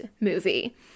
movie